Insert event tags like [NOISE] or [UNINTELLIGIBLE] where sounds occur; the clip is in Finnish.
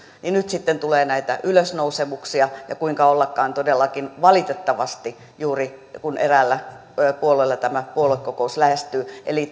ja nyt sitten tulee näitä ylösnousemuksia ja kuinka ollakaan todellakin valitettavasti juuri kun eräällä puolueella puoluekokous lähestyy eli [UNINTELLIGIBLE]